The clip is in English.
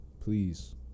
Please